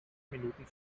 minuten